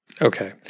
Okay